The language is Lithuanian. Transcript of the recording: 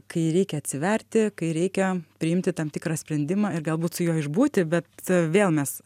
kai reikia atsiverti kai reikia priimti tam tikrą sprendimą ir galbūt su juo išbūti bet vėl mes